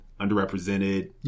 underrepresented